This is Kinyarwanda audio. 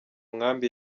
nkambi